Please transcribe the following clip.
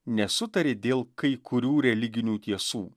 nesutarė dėl kai kurių religinių tiesų